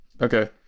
Okay